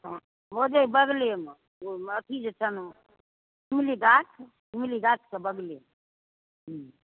हँ ओजे बगलेमे ओ अथि जे छनि मूली गाछ मूली गाछके बगलेमे हूँ